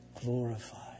glorified